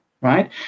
right